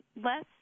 less